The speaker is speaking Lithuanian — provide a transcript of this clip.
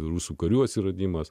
rusų karių atsiradimas